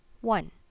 One